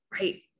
Right